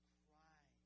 cry